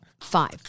five